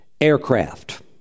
aircraft